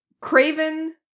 Craven